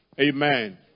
Amen